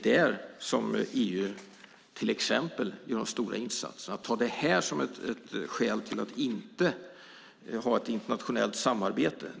Därför vore det väldigt olyckligt att anföra momsreglerna som ett skäl att inte ha ett internationellt samarbete.